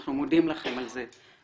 ואנחנו מודים לכם על זה,